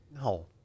No